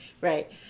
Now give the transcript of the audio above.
right